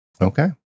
Okay